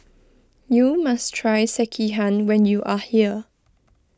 you must try Sekihan when you are here